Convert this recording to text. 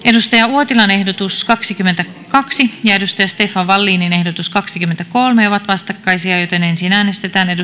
uotilan ehdotus kaksikymmentäkaksi ja stefan wallinin ehdotus kaksikymmentäkolme koskevat samaa määrärahaa joten ensin äänestetään